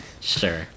Sure